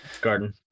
garden